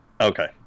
okay